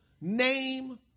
name